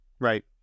Right